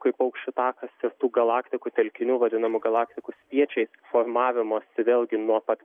kaip paukščių takas ir tų galaktikų telkinių vadinamų galaktikų spiečiais formavimosi vėlgi nuo pat